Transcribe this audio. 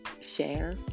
share